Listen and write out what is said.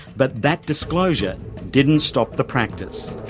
but that disclosure didn't stop the practice.